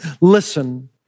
Listen